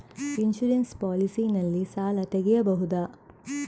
Insurance policy ನಲ್ಲಿ ಸಾಲ ತೆಗೆಯಬಹುದ?